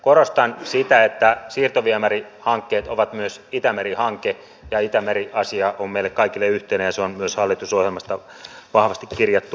korostan sitä että siirtoviemärihankkeet ovat myös itämeri hanke ja itämeri asia on meille kaikille yhteinen ja se on myös hallitusohjelmassa vahvasti kirjattu